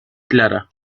clara